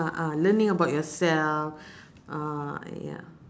a'ah learning about yourself uh ya